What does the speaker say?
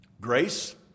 Grace